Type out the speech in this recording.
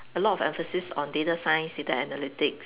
a lot of emphasis on data signs data analytics